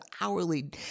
hourly